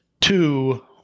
two